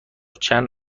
چند